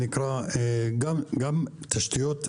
תקשורת, תשתיות תחבורתיות,